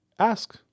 ask